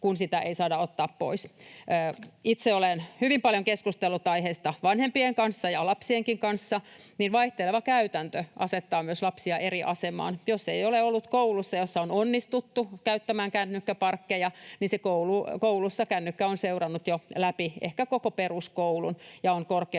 kun sitä ei saada ottaa pois. Itse olen hyvin paljon keskustellut aiheesta vanhempien kanssa ja lapsienkin kanssa, ja vaihteleva käytäntö asettaa myös lapsia eri asemaan. Jos ei ole ollut koulussa, jossa on onnistuttu käyttämään kännykkäparkkeja, niin koulussa se kännykkä on seurannut jo ehkä läpi koko peruskoulun. On korkea